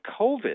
COVID